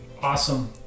Awesome